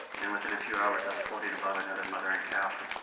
and within a few hours, i was floating above another mother and calf,